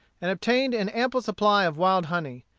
and obtained an ample supply of wild honey.